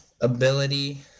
ability